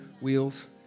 wheels